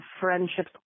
friendships